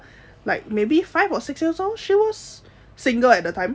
like maybe five or six years old she was single at the time